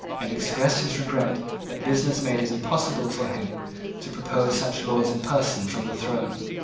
and expressed his regret that business made it impossible for him to propose such laws in person from the throne.